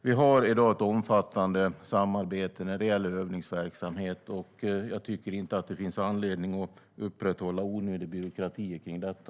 Vi har i dag ett omfattande samarbete när det gäller övningsverksamhet, och jag tycker inte att det finns anledning att upprätthålla onödig byråkrati kring detta.